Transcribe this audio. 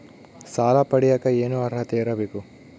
ಸಾಲ ಪಡಿಯಕ ಏನು ಅರ್ಹತೆ ಇರಬೇಕು?